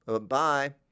Bye